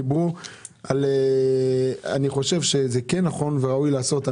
אני חושב שזה כן נכון וראוי לעשות.